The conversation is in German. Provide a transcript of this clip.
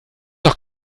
doch